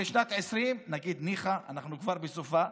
לשנת 2020 נגיד, ניחא, אנחנו כבר בסופה,